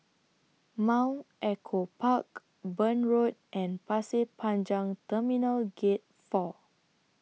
Mount Echo Park Burn Road and Pasir Panjang Terminal Gate four